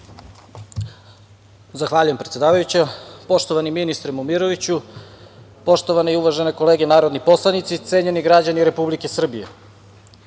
Zahvaljujem, predsedavajuća. Poštovani ministre Momiroviću, poštovane uvažene kolege narodni poslanici, cenjeni građani Republike Srbije,